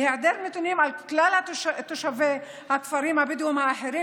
בהיעדר נתונים על כלל תושבי הכפרים הבדואיים האחרים